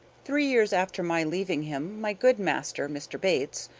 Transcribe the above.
three years after my leaving him my good master, mr. bates,